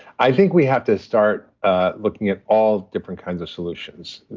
i think we have to start ah looking at all different kinds of solutions.